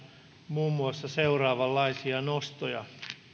muun muassa seuraavanlaisia nostoja